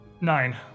Nine